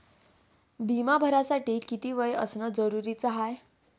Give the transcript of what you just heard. बिमा भरासाठी किती वय असनं जरुरीच हाय?